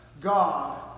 God